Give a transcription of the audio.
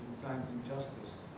science and justice.